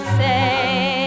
say